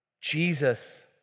Jesus